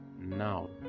now